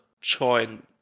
join